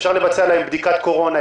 אפשר לבצע להם בדיקת קורונה.